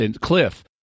Cliff